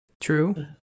true